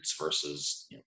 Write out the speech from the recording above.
versus